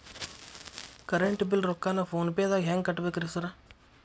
Current bill ರೊಕ್ಕಾನ phone ಪೇದಾಗ ಹೆಂಗ್ ಕಟ್ಟಬೇಕ್ರಿ ಸರ್?